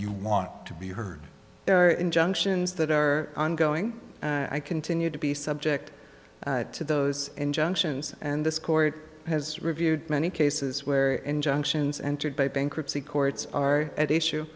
you want to be heard there injunctions that are ongoing and i continued to be subject to those injunctions and this court has reviewed many cases where injunctions entered by bankruptcy courts are at issue